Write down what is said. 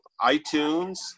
iTunes